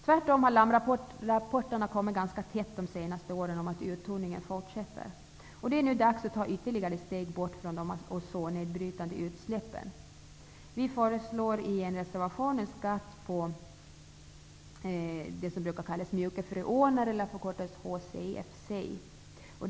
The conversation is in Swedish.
Tvärtom har larmrapporterna om att uttunningen fortsätter kommit ganska tätt under de senaste åren. Det är nu dags att ta ytterligare steg bort från de ozonnedbrytande utsläppen. Vi föreslår i en reservation en skatt på det som brukar kallas mjuka freoner, som förkortas HCFC.